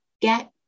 get